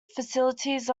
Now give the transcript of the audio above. facilities